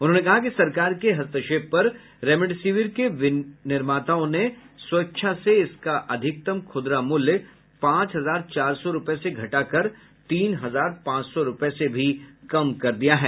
उन्होंने कहा कि सरकार के हस्तक्षेप पर रेमेडेसिविर के निर्माताओं ने स्वेच्छा से इसका अधिकतम खुदरा मूल्य पांच हजार चार सौ रुपये से घटाकर तीन हजार पांच सौ रुपये से भी कम कर दिया है